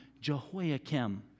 Jehoiakim